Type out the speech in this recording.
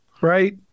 right